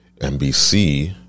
NBC